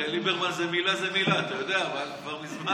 הרי ליברמן, מילה זו מילה, אתה יודע, אבל כבר מזמן